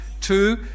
two